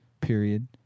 period